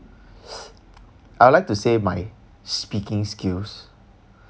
I'd like to say my speaking skills